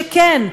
שכן,